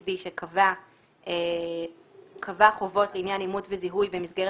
מה-PSD שקבע חובות לעניין אימות וזיהוי במסגרת